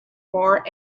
more